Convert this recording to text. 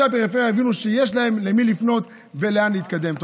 הפריפריה יבינו שיש להם למי לפנות ולאן להתקדם.